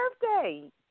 birthday